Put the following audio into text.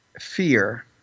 fear